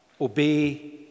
obey